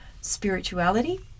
spirituality